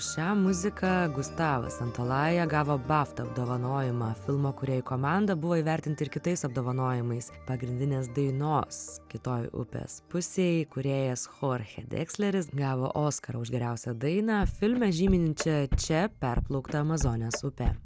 šią muziką gustavas antalaja gavo baft apdovanojimą filmo kūrėjų komanda buvo įvertinti ir kitais apdovanojimais pagrindinės dainos kitoj upės pusėj kūrėjas chorche deksleris gavo oskarą už geriausią dainą filme žyminčią čia perplauktą amazonės upę